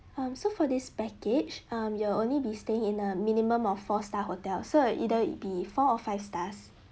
um so for this package um you'll only be staying in a minimum of four star hotel so it'll either be four or five stars